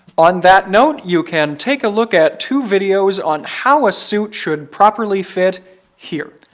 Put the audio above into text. on that note you can take a look at two videos on how a suit should properly fit here.